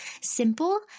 simple